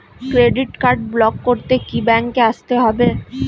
Credit card block করতে কি ব্যাংকে আসতে হবে?